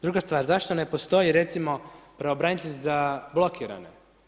Druga stvar, zašto ne postoji recimo pravobranitelj za blokirane.